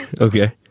Okay